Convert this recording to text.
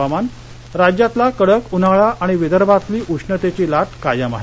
हवामान राज्यातला कडक उन्हाळा आणि विदर्भातली उष्णतेची लाट कायम आहे